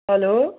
hello